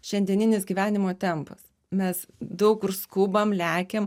šiandieninis gyvenimo tempas mes daug kur skubam lekiam